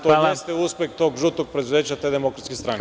To jeste uspeh tog „žutog preduzeća“, te Demokratske stranke.